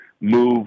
move